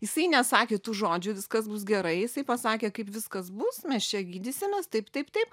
jisai nesakė tų žodžių viskas bus gerai jisai pasakė kaip viskas bus mes čia gydysimės taip taip taip